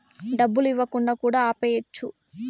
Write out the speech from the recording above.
డబ్బులు ఇవ్వకుండా కూడా ఆపేయచ్చు